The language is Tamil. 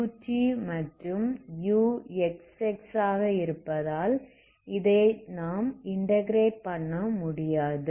ut மற்றும் uxxஇருப்பதால் இதை நாம் இன்டகிரேட் பண்ண முடியாது